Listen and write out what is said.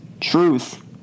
truth